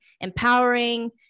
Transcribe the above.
empowering